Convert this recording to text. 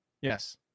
Yes